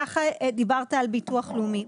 דיברת על ביטוח לאומי,